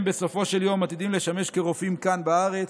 בסופו של יום, הם עתידים לשמש כרופאים כאן בארץ,